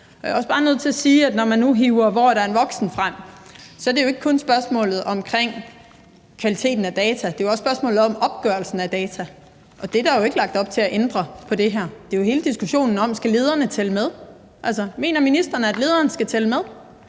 Jeg er også bare nødt til sige, at når man nu hiver Hvorerderenvoksen.dk frem, så er det jo ikke kun et spørgsmål om kvaliteten af data; det er også et spørgsmål om opgørelsen af data, og det er der jo ikke der lagt op til at ændre i det her. Det er hele diskussionen om, om lederen skal tælle med. Mener ministeren, at lederen skal tælle med?